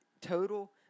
total